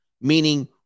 Meaning